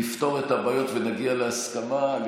אנחנו נפתור את הבעיות ונגיע להסכמה על